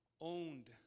owned